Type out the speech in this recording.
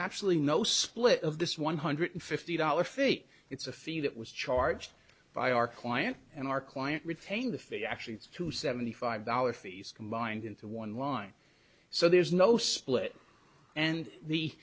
absolutely no split of this one hundred fifty dollars fee it's a fee that was charged by our client and our client retained the figure actually to seventy five dollars fees combined into one line so there is no split and the